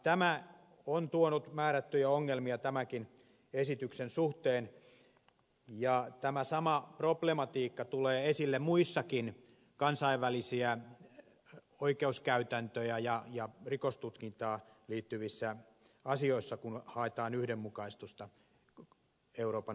tämä on tuonut määrättyjä ongelmia tämänkin esityksen suhteen ja tämä sama problematiikka tulee esille muissakin kansainvälisiin oikeuskäytäntöihin ja rikostutkintaan liittyvissä asioissa kun haetaan yhdenmukaistusta euroopan unionin sisällä